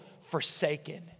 forsaken